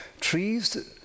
trees